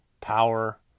power